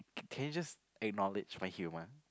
can you just acknowledge my humour